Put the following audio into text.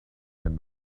and